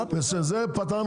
זה פתרנו את הבעיה.